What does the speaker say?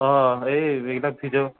অঁ এই এইবিলাক ভিজাই